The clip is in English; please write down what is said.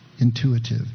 intuitive